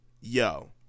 Yo